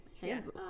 Kansas